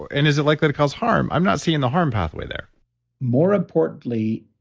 and is it likely to cause harm? i'm not seeing the harm pathway there more importantly,